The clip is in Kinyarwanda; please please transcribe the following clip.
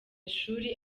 ishuri